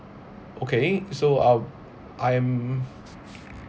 okay so I'll I'm